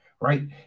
right